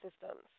systems